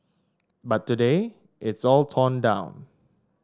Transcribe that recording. but today it's all torn down